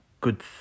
Good